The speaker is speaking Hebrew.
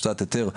הוצאת היתר,